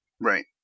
Right